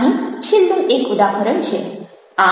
અહીં છેલ્લું એક ઉદાહરણ છે